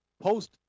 post